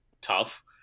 tough